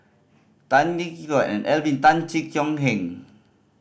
Tan Tee Yoke Alvin Tan Cheong Kheng